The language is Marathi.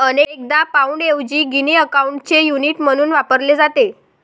अनेकदा पाउंडऐवजी गिनी अकाउंटचे युनिट म्हणून वापरले जाते